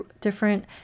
different